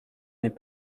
n’est